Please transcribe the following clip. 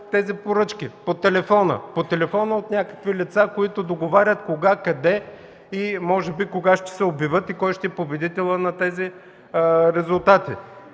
тези поръчки – по телефона. По телефона от някакви лица, които договарят кога, къде и може би кога ще се обявят и кой ще е победителят на тези резултати.